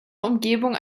umgebung